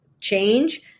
change